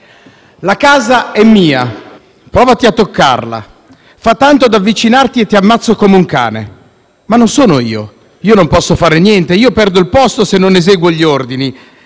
«La casa è mia. Provate a toccarla… Fa' tanto di avvicinarti e t'ammazzo come un cane. Ma non son io, io non posso far niente, io perdo il posto se non eseguo gli ordini.